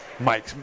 Mike